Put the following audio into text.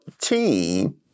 team